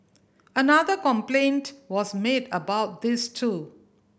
another complaint was made about this too